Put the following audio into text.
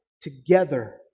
together